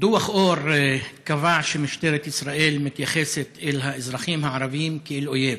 דוח אור קבע שמשטרת ישראל מתייחסת אל האזרחים הערבים כאל אויב.